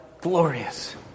glorious